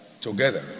together